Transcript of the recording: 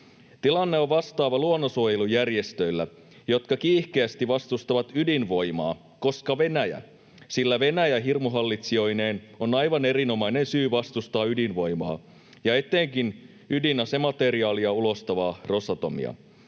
Tilanne on vastaava luonnonsuojelujärjestöillä, jotka kiihkeästi vastustavat ydinvoimaa, koska Venäjä. Sillä Venäjä hirmuhallitsijoineen on aivan erinomainen syy vastustaa ydinvoimaa ja etenkin ydinasemateriaalia ulostavaa Rosatomia.